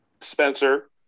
Spencer